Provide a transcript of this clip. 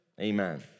Amen